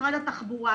משרד התחבורה,